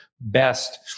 best